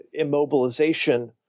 immobilization